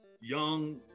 young